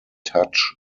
touch